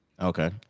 Okay